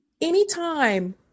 anytime